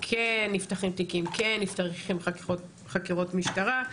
כן נפתחים תיקים, כן נפתחות חקירות משטרה,